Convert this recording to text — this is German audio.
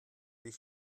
dich